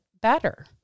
better